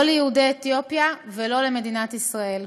לא ליהודי אתיופיה ולא למדינת ישראל.